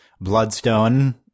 Bloodstone